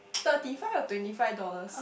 thirty five or twenty five dollars